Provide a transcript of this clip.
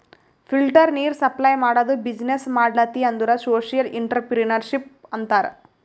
filter ನೀರ್ supply ಮಾಡದು business ಮಾಡ್ಲತಿ ಅಂದುರ್ ಸೋಶಿಯಲ್ ಇಂಟ್ರಪ್ರಿನರ್ಶಿಪ್ ಅಂತಾರ್